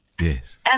Yes